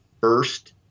first